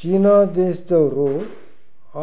China ದೇಶ್ದವ್ರು